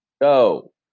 go